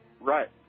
Right